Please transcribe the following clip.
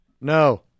No